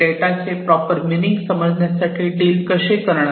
आपण डेटाचे proper meaning समजण्यासाठी डील कसे करणार